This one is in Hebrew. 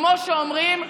כמו שאומרים,